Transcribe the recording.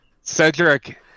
Cedric